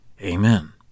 Amen